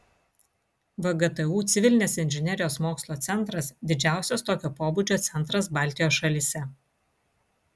vgtu civilinės inžinerijos mokslo centras didžiausias tokio pobūdžio centras baltijos šalyse